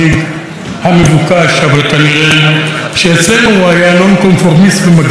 אבל כנראה שאצלנו הוא היה נון-קונפורמיסט ומקדים את דורו מדי.